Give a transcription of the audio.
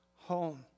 home